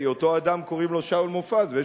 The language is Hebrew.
כי אותו אדם קוראים לו שאול מופז ויש